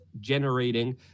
generating